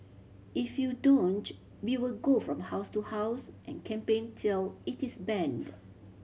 if you don't we will go from house to house and campaign till it is banned